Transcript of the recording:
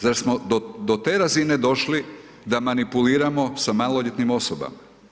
Zar smo do te razine došli da manipuliramo sa maloljetnim osobama?